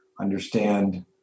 understand